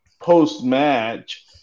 post-match